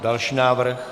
Další návrh?